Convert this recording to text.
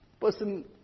person